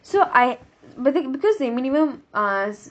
so I be~ because the minimum uh